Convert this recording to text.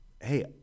hey